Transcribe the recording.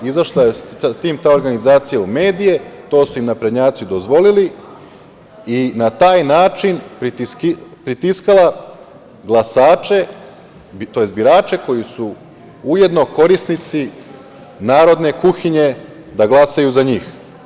Izašla je sa tim ta organizacija u medije, to su im naprednjaci dozvolili, i na taj način pritiskala glasače tj. birače koji su ujedno korisnici narodne kuhinje da glasaju za njih.